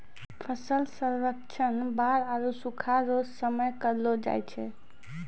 फसल सर्वेक्षण बाढ़ आरु सुखाढ़ रो समय करलो जाय छै